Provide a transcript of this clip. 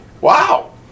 Wow